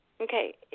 Okay